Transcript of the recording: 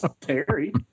Terry